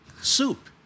soup